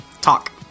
Talk